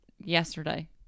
yesterday